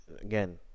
again